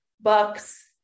Bucks